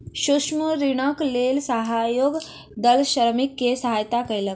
सूक्ष्म ऋणक लेल सहयोग दल श्रमिक के सहयता कयलक